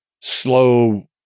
slow